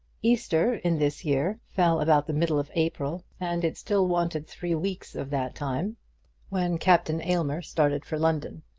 easter in this year fell about the middle of april, and it still wanted three weeks of that time when captain aylmer started for london.